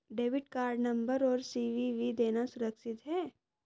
Debit card number और CVV देना सुरक्षित है?